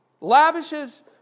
Lavishes